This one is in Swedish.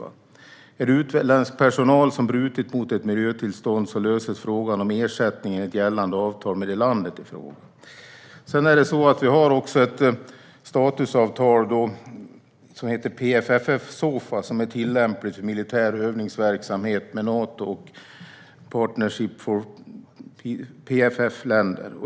Är det utländsk personal som har brutit mot ett miljötillstånd löses frågan om ersättning enligt gällande avtal med landet i fråga. Vi har också ett statusavtal som heter PFF SOFA och är tillämpligt för militär övningsverksamhet med Nato och PFF-länder.